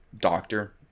doctor